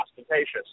ostentatious